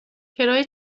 کرایه